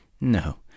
No